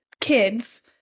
kids